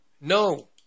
no